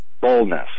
boldness